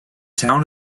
town